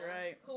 right